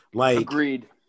agreed